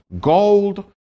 gold